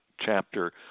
chapter